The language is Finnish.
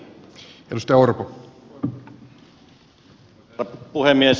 arvoisa herra puhemies